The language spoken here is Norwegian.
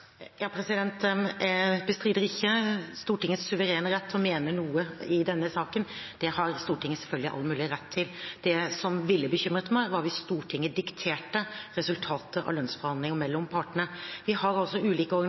Jeg bestrider ikke Stortingets suverene rett til å mene noe i denne saken. Det har Stortinget selvfølgelig all mulig rett til. Det som ville bekymret meg, var hvis Stortinget dikterte resultatet av lønnsforhandlingene mellom partene. Vi har ulike organisasjoner med ulike